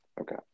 Okay